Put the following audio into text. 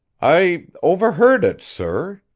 i overheard it, sir.